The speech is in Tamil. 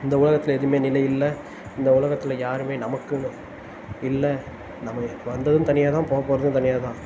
இந்த உலகத்தில் எதுவுமே நிலையில்லை இந்த உலகத்தில் யாருமே நமக்குன்னு இல்லை நம்ம இப்போ வந்ததும் தனியாக தான் போப்போகறதும் தனியாக தான்